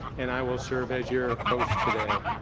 and i will serve as your host today.